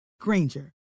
Granger